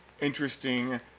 interesting